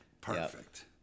Perfect